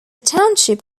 township